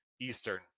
Eastern